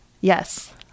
Yes